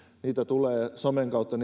niitä tulee somen kautta